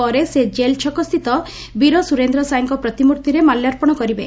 ପରେ ସେ ଜେଲ ଛକସ୍ଥିତ ବୀର ସୁରେନ୍ଦ ସାଏଙ୍ ପ୍ରତିମୂର୍ଭିରେ ମାଲ୍ୟାର୍ପଣ କରିବେ